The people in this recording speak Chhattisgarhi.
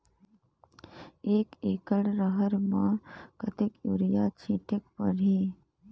एक एकड रहर म कतेक युरिया छीटेक परही?